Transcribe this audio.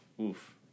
Oof